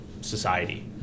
society